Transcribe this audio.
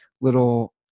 little